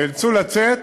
נאלצו לצאת